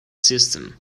system